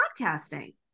podcasting